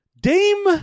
Dame